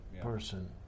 person